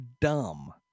dumb